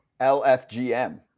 LFGM